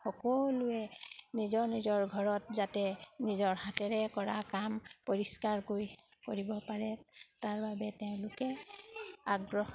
সকলোৱে নিজৰ নিজৰ ঘৰত যাতে নিজৰ হাতেৰে কৰা কাম পৰিষ্কাৰ কৰি কৰিব পাৰে তাৰ বাবে তেওঁলোকে আগ্ৰহ